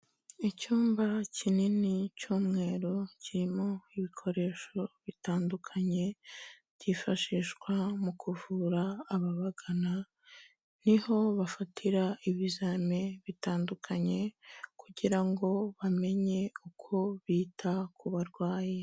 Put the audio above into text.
Icyumba kinini cy'umweru, kirimo ibikoresho bitandukanye, byifashishwa mu kuvura ababagana, niho bafatira ibizami bitandukanye kugira ngo bamenye uko bita ku barwayi.